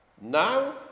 Now